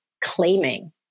claiming